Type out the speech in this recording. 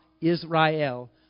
Israel